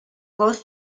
both